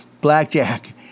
blackjack